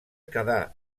quedà